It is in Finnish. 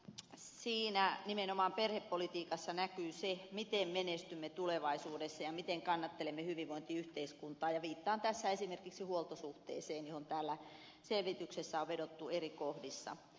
katsoisin että nimenomaan perhepolitiikassa näkyy se miten menestymme tulevaisuudessa ja miten kannattelemme hyvinvointiyhteiskuntaa ja viittaan tässä esimerkiksi huoltosuhteeseen johon täällä selvityksessä on vedottu eri kohdissa